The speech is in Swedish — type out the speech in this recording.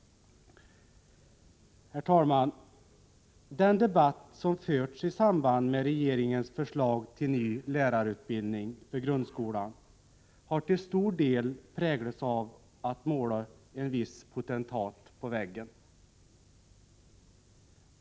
Herr talman! Den debatt som förts i samband med regeringens förslag till ny lärarutbildning för grundskolan har till stor del präglats av målandet av en viss potentat på väggen.